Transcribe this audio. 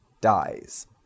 dies